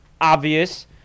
obvious